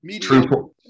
True